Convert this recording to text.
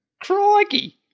Crikey